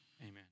Amen